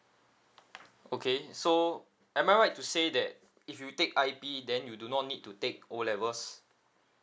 okay so am I right to say that if you take I_P then you do not need to take O levels